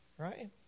Right